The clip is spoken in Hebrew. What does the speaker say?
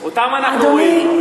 אותם אנחנו רואים.